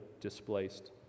displaced